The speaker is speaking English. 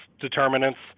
determinants